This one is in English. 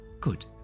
Good